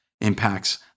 impacts